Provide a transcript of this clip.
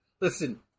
Listen